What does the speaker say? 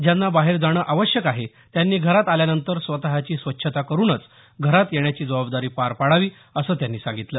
ज्यांना बाहेर जाणं आवश्यक आहे त्यांनी घरात आल्यानंतर स्वतची स्वच्छता करूनच घरात येण्याची जबाबदारी पार पाडावी असं त्यांनी सांगितलं